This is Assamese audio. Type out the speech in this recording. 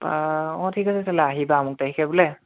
অঁ ঠিক আছে তেতিয়াহ'লে আহিবা আমুক তাৰিখে বোলে